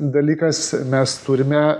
dalykas mes turime